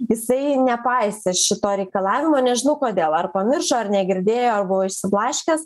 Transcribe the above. jisai nepaisė šito reikalavimo nežinau kodėl ar pamiršo ar negirdėjo buvo išsiblaškęs